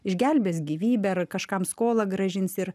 išgelbės gyvybę ar kažkam skolą grąžins ir